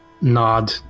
nod